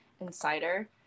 insider